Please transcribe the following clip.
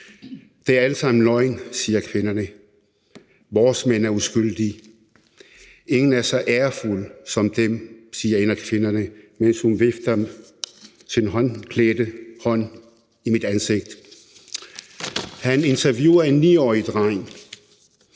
»Det er alt sammen løgn. De var uskyldige. Ingen er så ærefulde som dem,« siger en af kvinderne, mens hun vifter sin handskeklædte hånd i mit ansigt.« Han interviewer en 9-årig dreng,